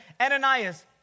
Ananias